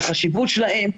לחשיבות שלהם,